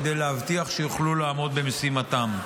כדי שיוכלו לעמוד במשימתם.